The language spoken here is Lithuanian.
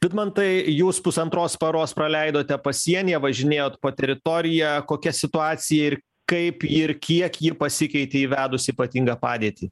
vidmantai jūs pusantros paros praleidote pasienyje važinėjot po teritoriją kokia situacija ir kaip ir kiek ji pasikeitė įvedus ypatingą padėtį